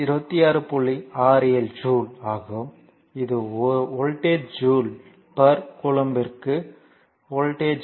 67 joule ஆகும் இது voltage joule per கூலம்பிற்கு வோல்ட்டேஜ்